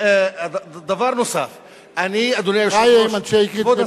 דבר נוסף, אני, אדוני היושב-ראש, כבוד השר,